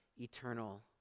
eternal